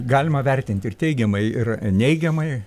galima vertinti ir teigiamai ir neigiamai